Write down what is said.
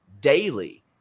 daily